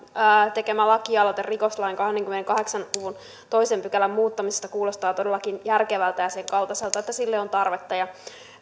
tekemä lakialoite rikoslain kahdenkymmenenkahdeksan luvun toisen pykälän muuttamisesta kuulostaa todellakin järkevältä ja sen kaltaiselta että sille on tarvetta